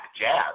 jazz